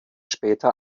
später